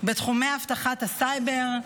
בתחומי אבטחת הסייבר,